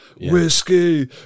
whiskey